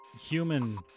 human